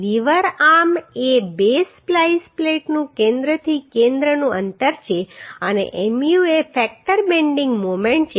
liver arm એ બે splice પ્લેટનું કેન્દ્રથી કેન્દ્રનું અંતર છે અને Mu એ ફેક્ટર બેન્ડિંગ મોમેન્ટ છે